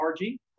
RG